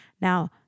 Now